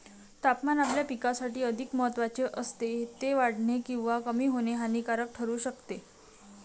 तापमान आपल्या पिकासाठी अधिक महत्त्वाचे असते, ते वाढणे किंवा कमी होणे हानिकारक ठरू शकते